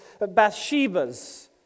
Bathshebas